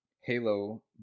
Halo